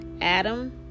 Adam